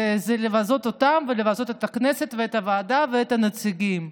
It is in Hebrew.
זה לבזות אותם ולבזות את הכנסת ואת הוועדה ואת הנציגים.